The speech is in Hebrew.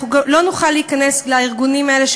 אנחנו לא נוכל להיכנס לארגונים האלה,